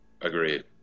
Agreed